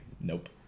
Nope